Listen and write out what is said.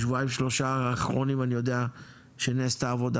בשבועיים-שלושה האחרונים אני יודע שנעשתה עבודה